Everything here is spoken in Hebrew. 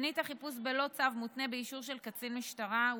שנית, החיפוש בלא צו מותנה באישור של קצין משטרה.